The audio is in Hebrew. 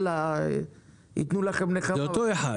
מס' 8 אלא אם כן קבע השר אחרת ברישיון החברה או בתקנות".